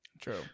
True